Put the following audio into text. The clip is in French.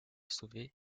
sauver